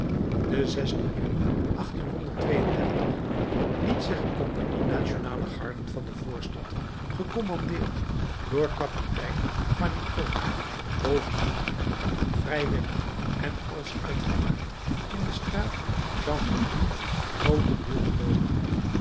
den juni liet zich een compagnie nationale garden van de voorstad gecommandeerd door kapitein fannicot bovengenoemd vrijwillig en als uit vermaak in de straat chanvrerie grootendeels dooden